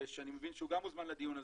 שאני מבין שהוא גם מוזמן לדיון הזה,